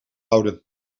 houden